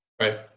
Right